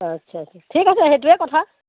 আচ্ছা ঠিক আছে সেইটোৱে কথা